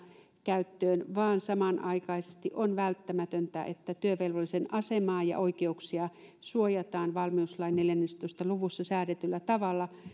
käyttöön vaan samanaikaisesti on välttämätöntä että työvelvollisen asemaa ja oikeuksia suojataan valmiuslain neljässätoista luvussa säädetyllä tavalla